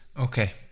Okay